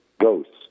ghosts